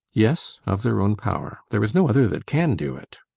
yes, of their own power. there is no other that can do it.